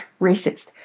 racist